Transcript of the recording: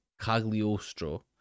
Cagliostro